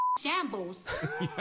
shambles